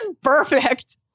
perfect